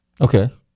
Okay